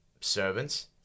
servants